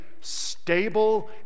stable